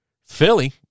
Philly –